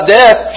death